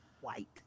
White